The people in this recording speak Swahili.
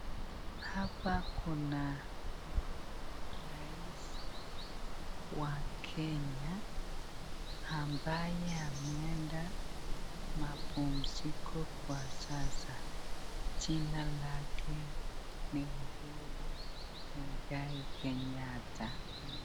Hapa kuna rais wa Kenya ambaye ameenda mapumziko kwa sasa. Jina lake ni Uhuru Muigai Kenyatta.